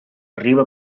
arriba